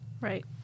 right